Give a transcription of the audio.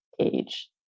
age